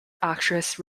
actress